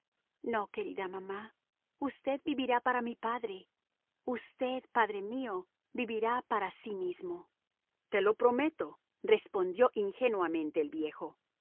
no querida mamá usted vivirá para mi padre usted padre mío vivirá para sí mismo te lo prometo respondió ingenuamente el viejo